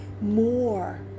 more